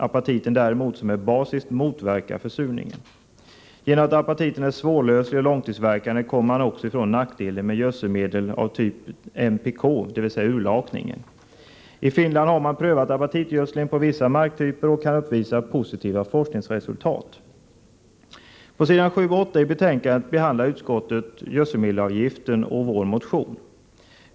Apatiten däremot, som är basisk, motverkar försurningen. Genom att apatiten är svårlöslig och långtidsverkande kommer man också ifrån nackdelen med gödselmedel av typ NPK, dvs. urlakningen. I Finland har man prövat apatitgödsling på vissa marktyper och kan uppvisa positiva forskningsresultat. På s. 7 och 8 i betänkandet behandlar utskottet gödselmedelsavgiften och vår motion.